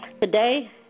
Today